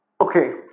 Okay